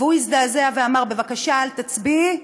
והוא הזדעזע ואמר: בבקשה אל תצביעי,